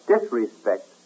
disrespect